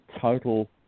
total